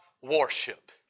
worship